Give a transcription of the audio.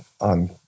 on